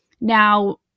Now